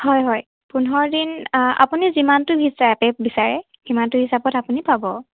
হয় হয় পোন্ধৰ দিন আপুনি যিমানটো হিচাপে বিচাৰে সিমানটো হিচাপত আপুনি পাব